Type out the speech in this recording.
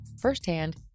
firsthand